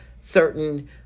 certain